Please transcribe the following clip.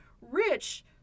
rich